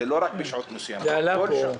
לא רק בשעות מסוימות --- זה עלה פה.